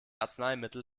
arzneimittel